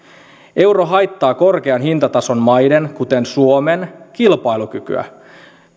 euro haittaa korkean hintatason maiden kuten suomen kilpailukykyä